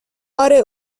آره